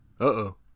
uh-oh